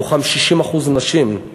מתוכם 60% נשים.